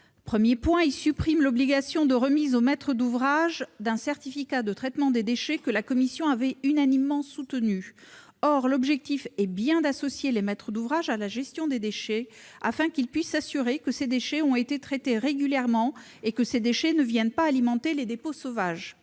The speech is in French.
ils visent à supprimer l'obligation de remise au maître d'ouvrage d'un certificat de traitement des déchets, mesure que la commission avait unanimement soutenue. Or l'objectif est bien d'associer les maîtres d'ouvrage à la gestion des déchets afin qu'ils puissent s'assurer que ceux-ci ont été traités régulièrement et qu'ils n'iront pas alimenter les dépôts sauvages.